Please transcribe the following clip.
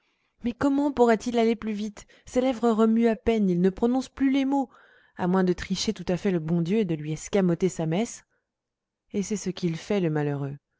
mais comment pourrait-il aller plus vite ses lèvres remuent à peine il ne prononce plus les mots à moins de tricher tout à fait le bon dieu et de lui escamoter sa messe et c'est ce qu'il fait le malheureux